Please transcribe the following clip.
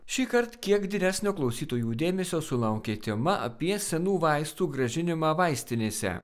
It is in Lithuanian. šįkart kiek didesnio klausytojų dėmesio sulaukė tema apie senų vaistų grąžinimą vaistinėse